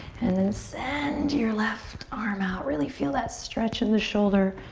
and then send your left arm out. really feel that stretch in the shoulder.